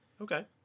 Okay